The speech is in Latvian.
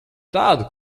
tādu